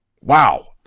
Wow